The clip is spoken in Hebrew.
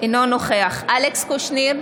אינו נוכח אלכס קושניר,